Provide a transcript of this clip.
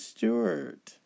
Stewart